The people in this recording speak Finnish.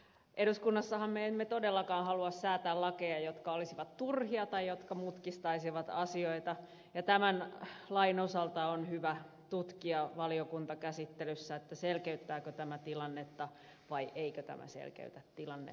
eduskunnassahan me emme todellakaan halua säätää lakeja jotka olisivat turhia tai jotka mutkistaisivat asioita ja tämän lain osalta on hyvä tutkia valiokuntakäsittelyssä selkeyttääkö tämä tilannetta vai eikö tämä selkeytä tilannetta